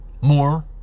More